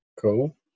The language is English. Cool